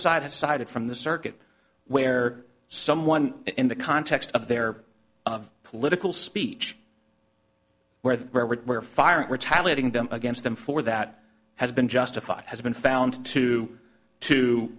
side has cited from the circuit where someone in the context of their political speech where they were firing retaliating them against them for that has been justified has been found to to